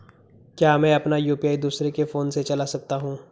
क्या मैं अपना यु.पी.आई दूसरे के फोन से चला सकता हूँ?